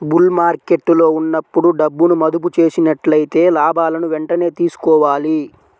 bull మార్కెట్టులో ఉన్నప్పుడు డబ్బును మదుపు చేసినట్లయితే లాభాలను వెంటనే తీసుకోవాలి